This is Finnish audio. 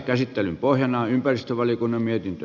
käsittelyn pohjana on ympäristövaliokunnan mietintö